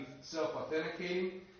self-authenticating